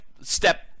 step